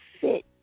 fit